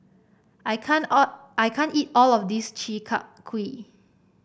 I can't all I can't eat all of this Chi Kak Kuih